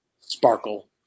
Sparkle